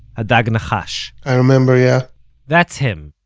ha'dag nachash i remember, yeah that's him,